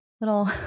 little